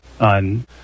on